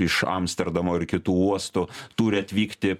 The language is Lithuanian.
iš amsterdamo ir kitų uostų turi atvykti